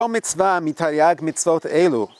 ‫לא מצווה מתריג מצוות אלו.